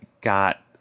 got